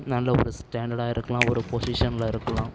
நல்ல ஒரு ஸ்டாண்டர்டாக இருக்கலாம் ஒரு பொசிஷனில் இருக்கலாம்